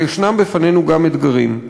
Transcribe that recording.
אבל ישנם בפנינו גם אתגרים.